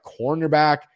cornerback